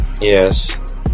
yes